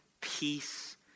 peace